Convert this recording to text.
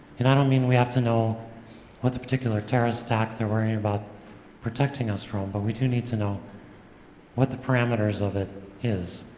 and i don't mean we have to know what the particular terrorist attack is they're worried about protecting us from, but we do need to know what the parameters of it is,